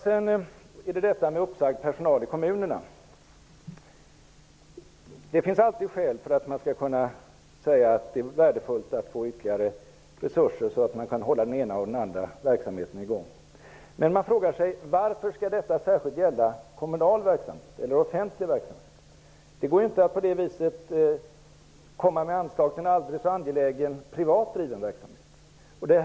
Så till frågan om uppsagd personal i kommunerna. Det finns alltid skäl att säga att det är värdefullt att få ytterligare resurser så att man kan hålla den ena och den andra verksamheten i gång. Men man frågar sig varför detta särskilt skall gälla kommunal eller offentlig verksamhet. Det går inte att på det viset komma med anslag till en aldrig så angelägen privat driven verksamhet.